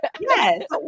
Yes